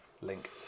link